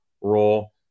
role